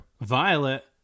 Violet